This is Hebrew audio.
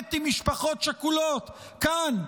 להתעמת עם משפחות שכולות כאן,